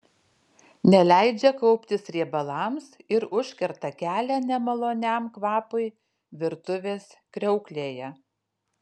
neleidžia kauptis riebalams ir užkerta kelią nemaloniam kvapui virtuvės kriauklėje